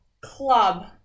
club